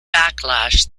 backlash